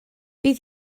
bydd